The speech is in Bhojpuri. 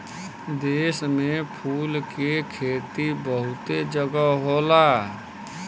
देश में फूल के खेती बहुते जगह होला